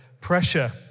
pressure